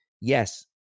Yes